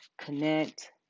connect